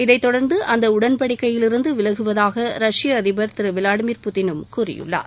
இதைதொடர்ந்து தாங்களும் அந்த உடன்படிக்கையிலிருந்து விலகுவதாக ரஷ்ய அதிபர் திரு விளாடிமிர் புட்டினும் கூறியுள்ளார்